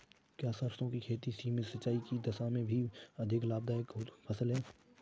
क्या सरसों की खेती सीमित सिंचाई की दशा में भी अधिक लाभदायक फसल है?